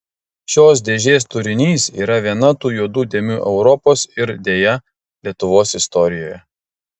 šios dėžės turinys yra viena tų juodų dėmių europos ir deja lietuvos istorijoje